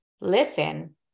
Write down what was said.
listen